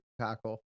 tackle